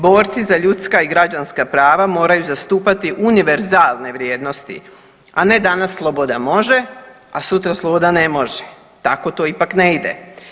Borci za ljudska i građanska prava moraju zastupati univerzalne vrijednosti, a ne danas sloboda može, a sutra sloboda ne može, tako to ipak ne ide.